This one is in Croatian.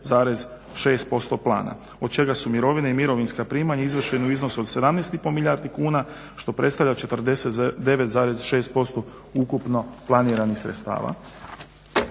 od čega su mirovine i mirovinska primanja izvršeni u iznosu od 17,5 milijardi kuna što predstavlja 49,6% ukupno planiranih sredstava.